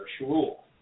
rule